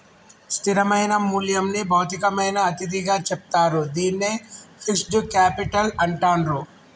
స్థిరమైన మూల్యంని భౌతికమైన అతిథిగా చెప్తారు, దీన్నే ఫిక్స్డ్ కేపిటల్ అంటాండ్రు